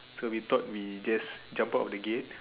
so we thought we just jump out of the gate